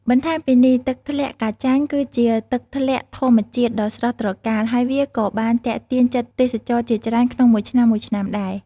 បន្ថែមពីនេះទឹកធ្លាក់កាចាញ គឺជាទឹកធ្លាក់ធម្មជាតិដ៏ស្រស់ត្រកាល ហើយវាក៏បានទាក់ទាញចិត្តទេសចរជាច្រើនក្នុងមួយឆ្នាំៗដែរ។